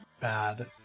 bad